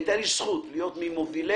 שהייתה לי הזכות להיות ממובילי,